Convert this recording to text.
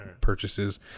purchases